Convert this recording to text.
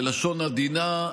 בלשון עדינה,